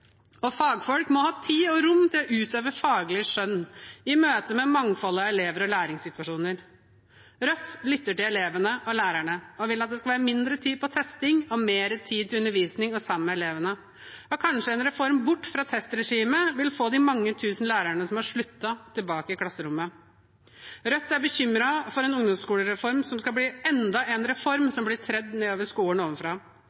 Fagfolk må ha tid og rom til å utøve faglig skjønn i møte med mangfoldet av elever og læringssituasjoner. Rødt lytter til elevene og lærerne og vil at det skal være mindre tid til testing og mer tid til undervisning og til å være sammen med elevene. Kanskje en reform bort fra testregimet vil få de mange tusen lærerne som har sluttet, tilbake i klasserommet. Rødt er bekymret for at en ungdomsskolereform skal bli enda en reform som blir tredd nedover skolen ovenfra.